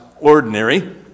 ordinary